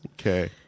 Okay